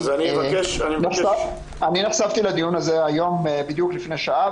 אני נחשפתי לדיון הזה היום בדיוק לפני שעה.